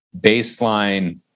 baseline